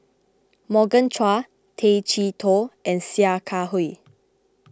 Morgan Chua Tay Chee Toh and Sia Kah Hui